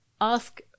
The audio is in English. ask